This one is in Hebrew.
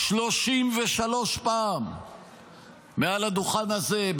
33 פעמים מעל הדוכן הזה,